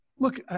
Look